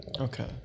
okay